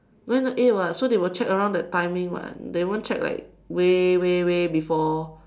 but it's not eight [what] so they will check around the timing [what] they won't check like way way way before